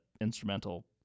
instrumental